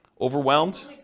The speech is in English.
Overwhelmed